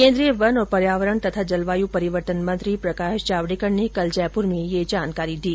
केन्द्रीय वन और पर्यावरण तथा जलवायु परिवर्तन मंत्री प्रकाश जावड़ेकर ने कल जयपुर में यह जानकारी दी